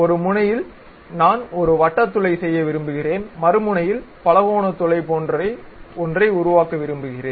ஒரு முனையில் நான் ஒரு வட்ட துளை செய்ய விரும்புகிறேன் மறு முனையில் பலகோண துளை போன்ற ஒன்றை உருவாக்க விரும்புகிறேன்